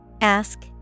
Ask